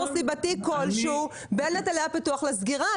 סיבתי כלשהו בין היטלי הפיתוח לסגירה.